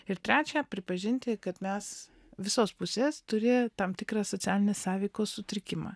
ir trečia pripažinti kad mes visos pusės turi tam tikrą socialinės sąveikos sutrikimą